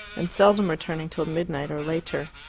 and seldom returning till midnight or later.